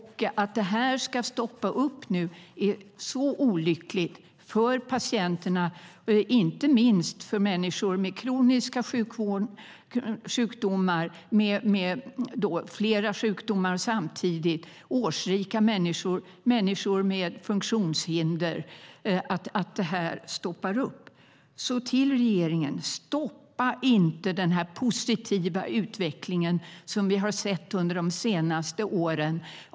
Att detta nu ska stoppas upp är olyckligt för patienterna, inte minst för människor med kroniska sjukdomar, människor med flera sjukdomar samtidigt, årsrika människor och människor med funktionshinder. Till regeringen: Stoppa inte den positiva utveckling av primärvården som vi har sett under de senaste åren!